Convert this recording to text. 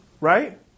right